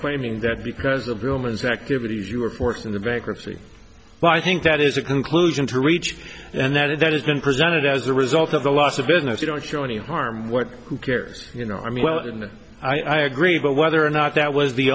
claiming that because the bill means activities you were forced into bankruptcy but i think that is a conclusion to reach and that it has been presented as a result of the loss of business you don't show any harm what who cares you know i mean well i agree but whether or not that was the